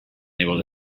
able